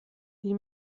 die